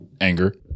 Anger